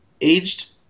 aged